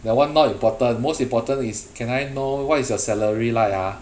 that [one] not important most important is can I know what is your salary like ah